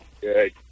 good